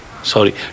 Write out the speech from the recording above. Sorry